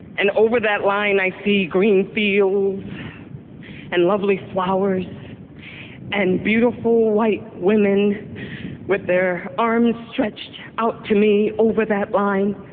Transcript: and over that line i see green fields and lovely flowers and beautiful white women with their arms stretched out to me over that line.